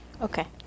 Okay